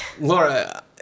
Laura